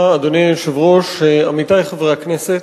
אדוני היושב-ראש, תודה רבה, עמיתי חברי הכנסת,